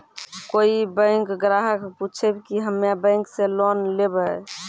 कोई बैंक ग्राहक पुछेब की हम्मे बैंक से लोन लेबऽ?